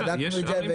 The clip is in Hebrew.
בדקנו את זה.